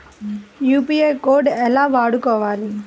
UPI code ఎలా వాడుకోవాలి?